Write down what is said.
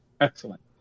Excellent